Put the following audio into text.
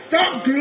Stop